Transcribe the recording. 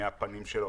מהפנים של האוצר.